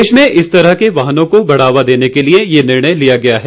देश में इस तरह के वाहनों को बढ़ावा देने के लिए यह निर्णय लिया गया है